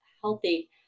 healthy